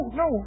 no